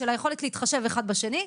של היכולת להתחשב אחד בשני,